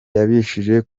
yabashije